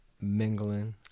mingling